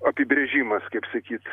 apibrėžimas kaip sakyt